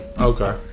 Okay